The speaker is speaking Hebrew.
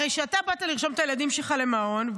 הרי כשאתה באת לרשום את הילדים שלך למעון,